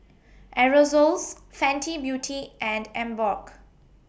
Aerosoles Fenty Beauty and Emborg